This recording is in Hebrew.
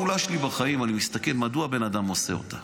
כל פעולה שלי בחיים אני מסתכל מדוע הבן אדם עושה אותה.